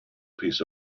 piece